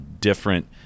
different